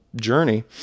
journey